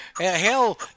hell